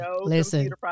listen